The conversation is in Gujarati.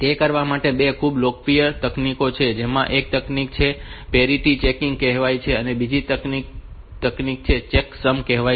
તે કરવા માટે બે ખૂબ જ લોકપ્રિય તકનીકો ત્યાં છે જેમાં એક તકનીક ને પેરિટી ચેકિંગ કહેવાય છે અને બીજી તકનીક ને ચેકસમ કહેવાય છે